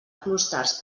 clústers